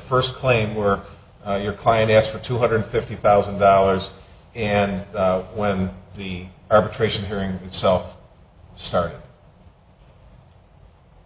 first claim were your client asked for two hundred fifty thousand dollars and when the arbitration hearing itself start